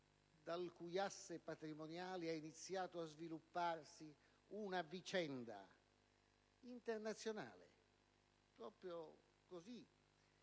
dal cui asse patrimoniale ha iniziato a svilupparsi una vicenda internazionale.